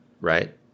right